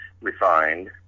refined